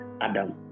Adam